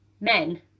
men